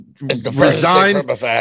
resigned